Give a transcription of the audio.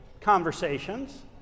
conversations